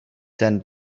sent